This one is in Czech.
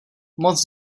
moc